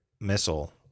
missile